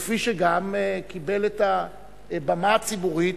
כפי שגם קיבל את הבמה הציבורית,